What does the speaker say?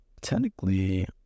technically